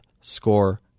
score